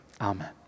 Amen